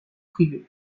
privé